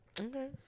Okay